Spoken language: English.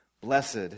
Blessed